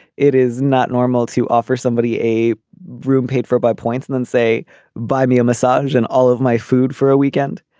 it is not normal to offer somebody a room paid for by point and then say buy me a massage and all of my food for a weekend.